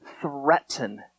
threaten